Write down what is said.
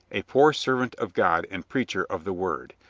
a poor servant of god and preacher of the word.